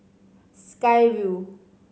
Sky Vue